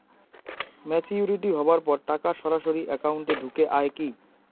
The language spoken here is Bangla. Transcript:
ম্যাচিওরিটি হওয়ার পর টাকা সরাসরি একাউন্ট এ ঢুকে য়ায় কি?